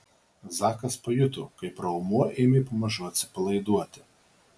zakas pajuto kaip raumuo ėmė pamažu atsipalaiduoti